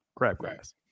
crabgrass